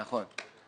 נכון.